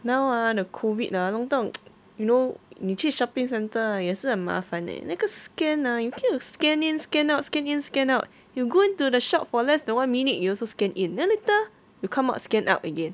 now ah the COVID ah 弄到 you know 你去 shopping centre 也是很麻烦 leh 那个 scan ah 又有 scan in scan out scan in scan out you go into the shop for less than one minute you also scan in then later you come out scan out again